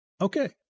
Okay